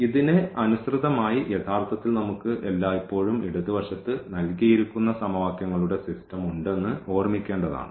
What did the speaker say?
ഇതിന് അനുസൃതമായി യഥാർത്ഥത്തിൽ നമുക്ക് എല്ലായ്പ്പോഴും ഇടതുവശത്ത് നൽകിയിരിക്കുന്ന സമവാക്യങ്ങളുടെ സിസ്റ്റം ഉണ്ടെന്ന് ഓർമ്മിക്കേണ്ടതാണ്